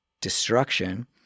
destruction